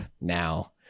now